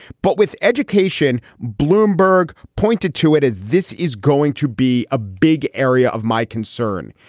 but with education, bloomberg pointed to it as this is going to be a big area of my concern.